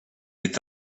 est